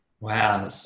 Wow